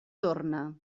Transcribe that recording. torna